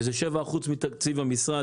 שזה 7% מתקציב המשרד,